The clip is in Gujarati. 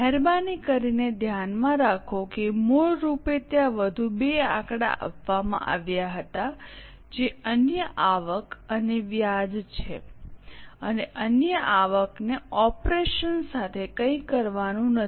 મહેરબાની કરીને ધ્યાનમાં રાખો કે મૂળ રૂપે ત્યાં વધુ બે આંકડા આપવામાં આવ્યા હતા જે અન્ય આવક અને વ્યાજ છે અને અન્ય આવકને ઓપરેશન સાથે કંઈ કરવાનું નથી